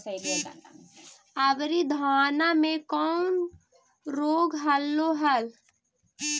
अबरि धाना मे कौन रोग हलो हल?